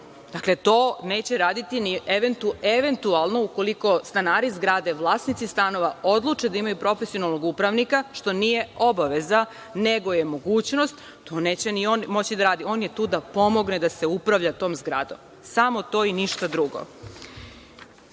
Dakle, to neće raditi ni, eventualno ukoliko stanari zgrade, vlasnici stanova, odluče da imaju profesionalnog upravnika, što nije obaveza nego je mogućnost, to neće ni on moći da radi. On je tu da pomogne da se upravlja tom zgradom. Samo to i ništa